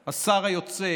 היושב-ראש,